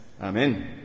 Amen